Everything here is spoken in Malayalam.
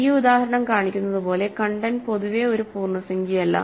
ഈ ഉദാഹരണം കാണിക്കുന്നതുപോലെ കണ്ടെന്റ് പൊതുവേ ഒരു പൂർണ്ണസംഖ്യയല്ല